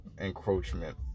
encroachment